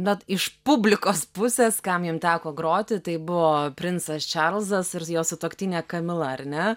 bet iš publikos pusės kam jums teko groti tai buvo princas čarlzas ir jo sutuoktinė kamila ar ne